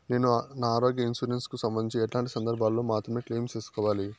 నేను నా ఆరోగ్య ఇన్సూరెన్సు కు సంబంధించి ఎట్లాంటి సందర్భాల్లో మాత్రమే క్లెయిమ్ సేసుకోవాలి?